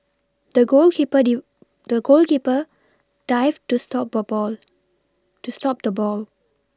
the goalkeeper deep the goalkeeper dived to stop ball ball to stop the ball